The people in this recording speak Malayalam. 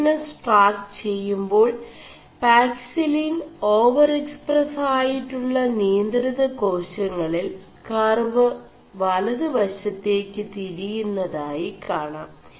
¶ിഫനസ് 4ടാ ് െചgേ2ാൾ പാക്സിലിൻ ഓവർ എക്സ്4പസ് ആയിƒgø നിയ4ിത േകാശÆളിൽ കർവ് വലതുവശേø ് തിരിയുMത് ആയി കാണാം